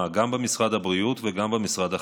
גם במשרד הבריאות וגם במשרד החינוך.